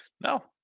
No